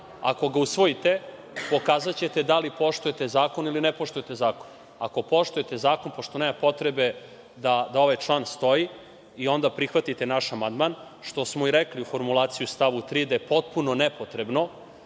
ako ga usvojite, pokazaćete da li poštujete zakon ili ne poštujete zakon. Ako poštujete zakon, pošto nema potrebe da ovaj član stoji, i onda prihvatite naš amandman, što smo i rekli u formulaciji u stavu 3, da je potpuno nepotrebno